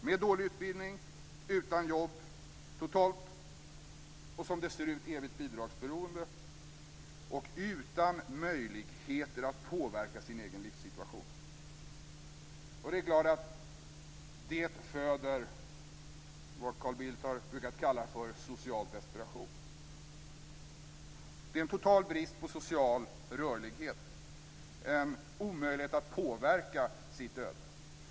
De har dålig utbildning, är utan jobb och, som det ser ut, evigt bidragsberoende och utan möjlighet att påverka sin egen livssituation. Det föder naturligtvis vad Carl Bildt har brukat kalla social desperation. Det är en total brist på social rörlighet, en omöjlighet att påverka sitt öde.